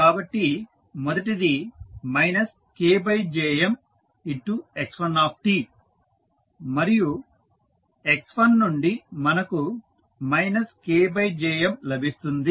కాబట్టి మొదటిది KJmx1t కాబట్టి x1 నుండి మనకు KJm లభిస్తుంది